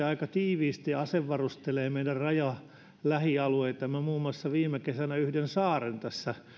aika tiiviisti asevarustelee meidän rajalähialueitamme muun muassa viime kesänä yhden saaren tässä